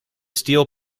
steel